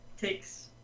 takes